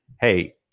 Hey